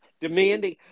demanding